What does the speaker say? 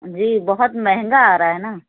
جی بہت مہنگا آ رہا ہے نا